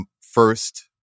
first